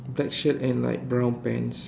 black shirt and light brown pants